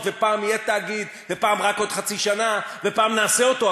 ופעם יהיה תאגיד ופעם רק עוד חצי שנה ופעם נעשה אותו,